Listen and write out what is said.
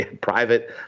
private